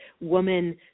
woman